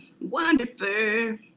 Wonderful